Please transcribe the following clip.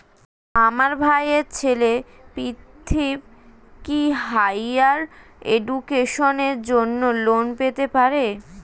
আমার ভাইয়ের ছেলে পৃথ্বী, কি হাইয়ার এডুকেশনের জন্য লোন পেতে পারে?